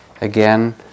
Again